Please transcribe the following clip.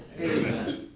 Amen